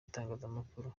itangazamakuru